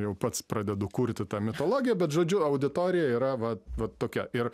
jau pats pradedu kurti tą mitologiją bet žodžiu auditorija yra va va tokia ir